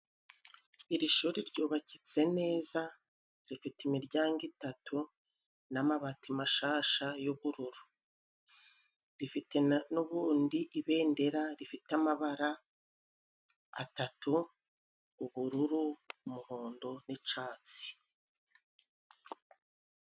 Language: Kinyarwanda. Iri shuri ryubakitse neza, rifite imiryango itatu n'amabati mashyashya y'ubururu. Rifite n'ubundi ibendera rifite amabara atatu, ubururu, umuhondo n'icyatsi.